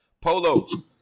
Polo